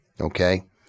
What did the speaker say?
Okay